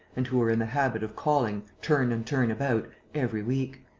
and who were in the habit of calling, turn and turn about, every week.